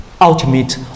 ultimate